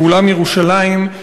באולם "ירושלים",